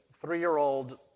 three-year-old